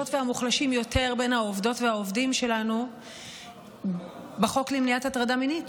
והמוחלשים יותר בין העובדות והעובדים שלנו בחוק למניעת הטרדה מינית,